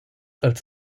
als